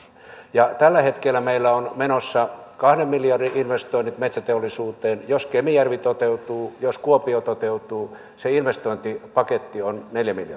tällä hetkellä meillä on menossa kahden miljardin investoinnit metsäteollisuuteen jos kemijärvi toteutuu jos kuopio toteutuu se investointipaketti on neljä miljardia